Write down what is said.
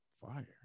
fire